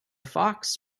fox